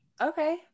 okay